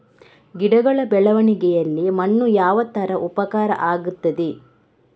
ಗಿಡಗಳ ಬೆಳವಣಿಗೆಯಲ್ಲಿ ಮಣ್ಣು ಯಾವ ತರ ಉಪಕಾರ ಆಗ್ತದೆ?